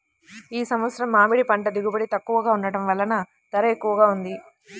ఈ సంవత్సరం మామిడి పంట దిగుబడి తక్కువగా ఉండటం వలన ధర ఎక్కువగా ఉంది